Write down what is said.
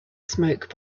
smoke